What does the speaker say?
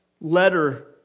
letter